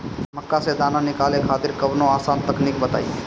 मक्का से दाना निकाले खातिर कवनो आसान तकनीक बताईं?